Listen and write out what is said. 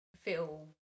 feel